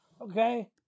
Okay